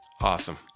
awesome